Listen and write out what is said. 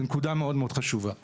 זו נקודה מאוד חשובה.